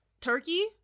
turkey